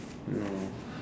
no